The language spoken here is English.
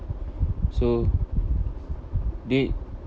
so they